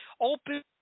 open